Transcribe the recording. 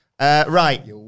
Right